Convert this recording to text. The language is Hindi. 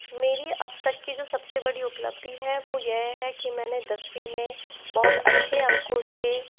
मेरी अब तक की जो सब से बड़ी उपलब्धि है वो यह है कि मैंने दसवीं में बहुत अच्छे अंकों से